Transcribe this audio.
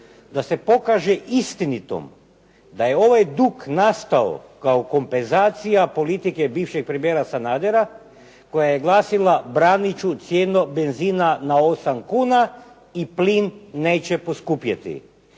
da se pokaže istinitom da je ovaj dug nastao kao kompenzacija politike bivšeg premijera Sanader koja je glasila branit ću cijenu benzina na 8 kuna, i plin neće poskupjeti.